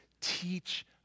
teach